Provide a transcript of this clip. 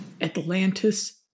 Atlantis